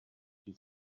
she